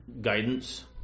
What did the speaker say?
guidance